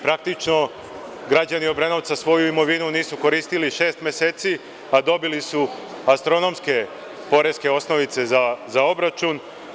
Praktično, građani Obrenovca svoju imovinu nisu koristili šest meseci, a dobili su astronomske poreske osnovice za obračun.